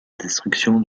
destruction